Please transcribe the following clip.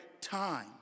time